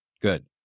Good